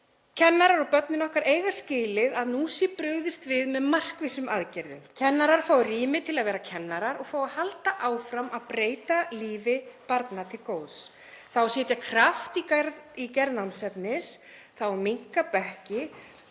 Kennarar og börnin okkar eiga skilið að nú sé brugðist við með markvissum aðgerðum, kennarar fái rými til að vera kennarar og fái að halda áfram að breyta lífi barna til góðs. Það á að setja kraft í gerð námsefnis, það á að minnka bekki